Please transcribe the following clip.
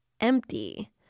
empty